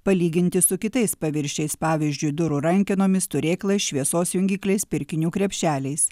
palyginti su kitais paviršiais pavyzdžiui durų rankenomis turėklai šviesos jungikliais pirkinių krepšeliais